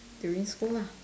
during school lah